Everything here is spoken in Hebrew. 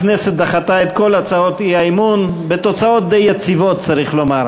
הכנסת דחתה את כל הצעות האי-אמון בתוצאות די יציבות צריך לומר.